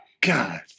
God